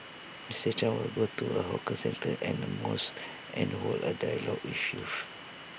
Mister chan will go to A hawker centre and A mosque and hold A dialogue with youth